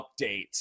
Update